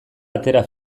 atera